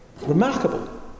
Remarkable